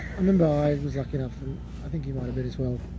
i remember i was lucky enough, i think you might've been as well.